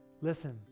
Listen